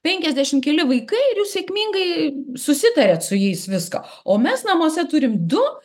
penkiasdešimt keli vaikai ir jūs sėkmingai susitariat su jais viską o mes namuose turim du